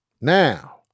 Now